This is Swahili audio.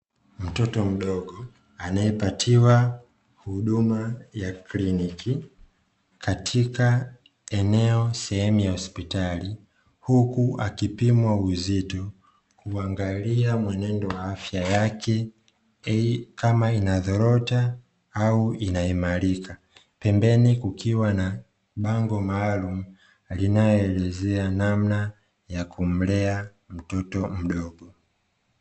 Mtoto mdogo anayepatiwa huduma ya kliniki katika eneo sehemu ya hospitali huku akipimwa uzito, kuangalia mwenendo wa afya yake, kama inadhorota au inaimarika. Pembeni kukiwa na bango maalum linaloelezea namna ya kumlea mtoto mdogo.